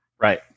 Right